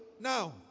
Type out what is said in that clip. Now